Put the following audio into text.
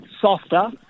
softer